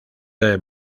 del